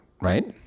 right